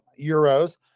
euros